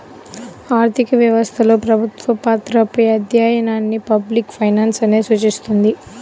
ఆర్థిక వ్యవస్థలో ప్రభుత్వ పాత్రపై అధ్యయనాన్ని పబ్లిక్ ఫైనాన్స్ అనేది చూస్తుంది